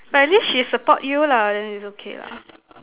but at least she support you lah then it's okay lah